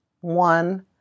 one